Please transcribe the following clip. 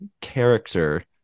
character